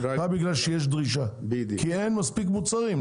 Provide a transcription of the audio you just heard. רק בגלל שיש דרישה כי אין מספיק מוצרים,